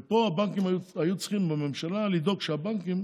פה הבנקים היו צריכים לדאוג שהבנקים